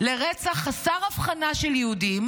לרצח חסר הבחנה של יהודים